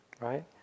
right